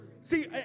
See